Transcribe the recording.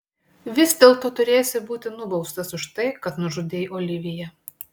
vis dėlto turėsi būti nubaustas už tai kad nužudei oliviją